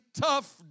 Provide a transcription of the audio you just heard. tough